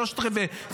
בשלושה רבעים,